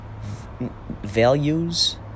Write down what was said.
values